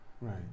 right